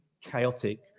chaotic